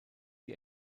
die